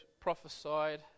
prophesied